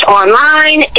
online